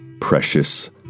precious